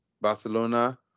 Barcelona